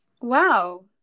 wow